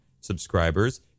subscribers